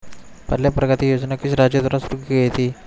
पल्ले प्रगति योजना किस राज्य द्वारा शुरू की गई है?